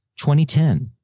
2010